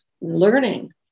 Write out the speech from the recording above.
learning